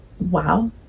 Wow